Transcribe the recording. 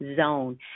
zone